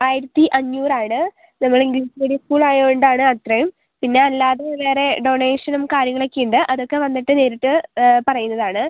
ആയിരത്തി അഞ്ഞൂറ് ആണ് നമ്മൾ ഇംഗ്ലീഷ് മീഡിയം സ്കൂൾ ആയതുകൊണ്ടാണ് അത്രയും പിന്നെ അല്ലാതെ വേറെ ഡൊണേഷനും കാര്യങ്ങളും ഒക്കെ ഉണ്ട് അതൊക്കെ വന്നിട്ട് നേരിട്ട് പറയുന്നതാണ്